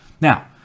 Now